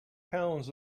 pounds